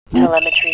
Telemetry